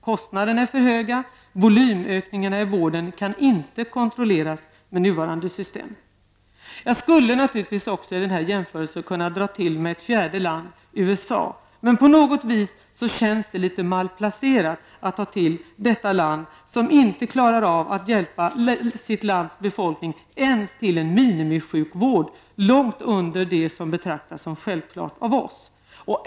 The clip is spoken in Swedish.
Kostnaderna är för höga, och volymökningarna i vården kan inte kontrolleras med nuvarande system. I denna jämförelse skulle jag naturligtvis också kunna dra till med ett fjärde land -- USA. På något sätt känns det dock litet malplacerat att ta till detta land, som inte klarar av att hjälpa sitt lands befolkning ens till en minimisjukvård långt under det som betraktas som självklart av oss.